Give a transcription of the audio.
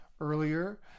earlier